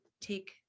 take